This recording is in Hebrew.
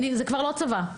זה כבר לא צבא,